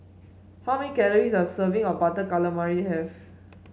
how many calories does a serving of Butter Calamari have